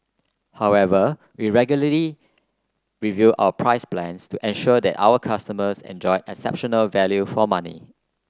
however we regularly review our price plans to ensure that our customers enjoy exceptional value for money